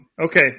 okay